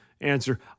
Answer